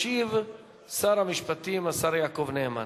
ישיב שר המשפטים השר יעקב נאמן.